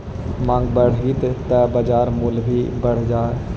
माँग बढ़ऽ हइ त बाजार मूल्य भी बढ़ जा हइ